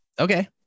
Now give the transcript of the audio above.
Okay